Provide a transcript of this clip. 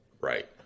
right